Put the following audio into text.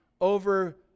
over